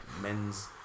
men's